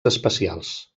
especials